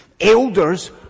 Elders